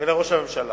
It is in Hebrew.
אל ראש הממשלה